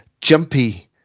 jumpy